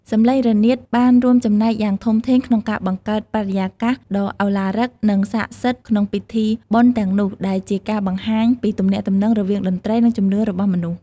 សំឡេងរនាតបានរួមចំណែកយ៉ាងធំធេងក្នុងការបង្កើតបរិយាកាសដ៏ឧឡារិកនិងស័ក្តិសិទ្ធិក្នុងពិធីបុណ្យទាំងនោះដែលជាការបង្ហាញពីទំនាក់ទំនងរវាងតន្ត្រីនិងជំនឿរបស់មនុស្ស។